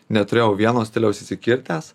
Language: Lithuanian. neturėjau vieno stiliaus įsikirtęs